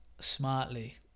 smartly